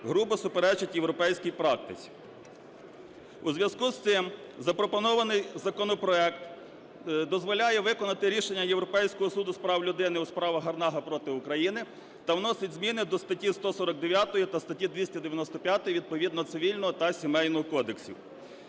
грубо суперечать європейській практиці. У зв'язку з цим запропонований законопроект дозволяє виконати рішення Європейського суду з прав людини у справі "Гарнага проти України" та вносить зміни до статті 149 та статті 295 відповідного Цивільного та Сімейного кодексів.